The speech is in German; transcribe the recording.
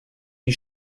die